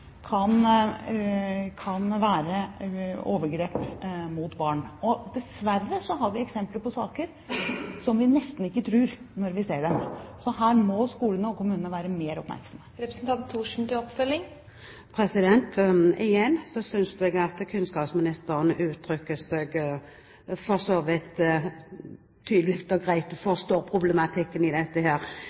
kan være overgrep mot barn. Dessverre har vi eksempler på saker som vi nesten ikke tror når vi ser dem. Så her må skolene og kommunene være mer oppmerksomme. Igjen synes jeg kunnskapsministeren for så vidt uttrykker seg tydelig og greit og forstår problematikken i dette.